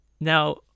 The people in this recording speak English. Now